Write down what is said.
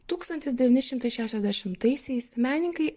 tūkstantis devyni šimtai šešiasdešimtaisiais menininkai